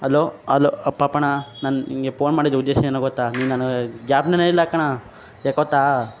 hello hello ಪಾಪಣ ನಾನು ನಿಂಗೆ ಪೋನ್ ಮಾಡಿದ ಉದ್ದೇಶ ಏನು ಗೊತ್ತಾ ನೀನು ನನಗಾ ಜ್ಞಾಪ್ನನೇ ಇಲ್ಲ ಕಣಾ ಯಾಕೊತ್ತಾ